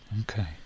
Okay